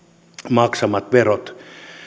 maksamat verot